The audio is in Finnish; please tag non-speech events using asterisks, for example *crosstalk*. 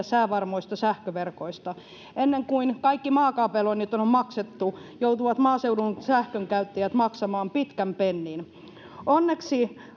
*unintelligible* säävarmoista sähköverkoista ennen kuin kaikki maakaapeloinnit on on maksettu joutuvat maaseudun sähkönkäyttäjät maksamaan pitkän pennin onneksi